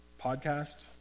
podcast